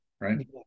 right